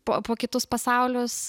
po po kitus pasaulius